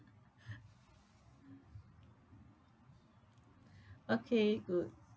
okay good